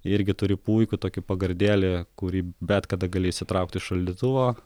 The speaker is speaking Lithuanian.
irgi turi puikų tokį pagardėlį kurį bet kada gali išsitraukt iš šaldytuvo